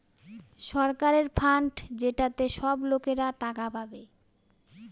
সরকারের ফান্ড যেটাতে সব লোকরা টাকা পাবে